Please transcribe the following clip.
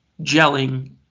gelling